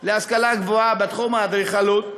להשכלה גבוהה בתחום האדריכלות,